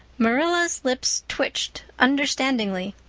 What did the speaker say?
marilla's lips twitched understandingly.